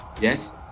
yes